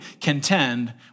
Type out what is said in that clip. contend